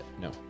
no